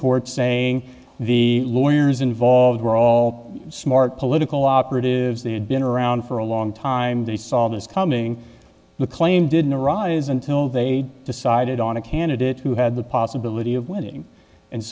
court saying the lawyers involved were all smart political operatives they had been around for a long time they saw this coming the claim didn't arise until they decided on a candidate who had the possibility of winning and